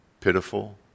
pitiful